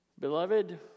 Beloved